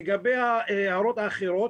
לגבי ההערות האחרות: